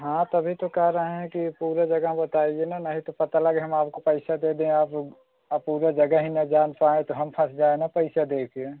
हाँ तभी तो कह रहे हैं कि पूरा जगहें बताइए ना नहीं तो पता लगे हम आपको पैसा दे दें आप अ पूरा जगह ही ना जान पाएँ तो हम फँस जाएँ ना पैसा देकर